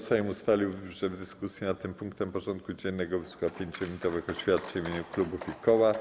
Sejm ustalił, że w dyskusji nad tym punktem porządku dziennego wysłucha 5-minutowych oświadczeń w imieniu klubów i koła.